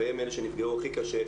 והם אלה שנפגעו הכי קשה,